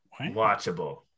watchable